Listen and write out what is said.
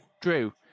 Drew